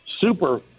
Super